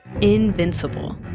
invincible